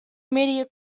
immediate